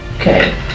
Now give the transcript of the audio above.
Okay